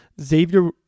Xavier